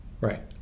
Right